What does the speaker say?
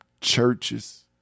churches